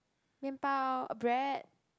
mian bao bread